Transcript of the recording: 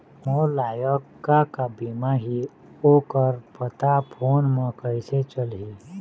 मोर लायक का का बीमा ही ओ कर पता फ़ोन म कइसे चलही?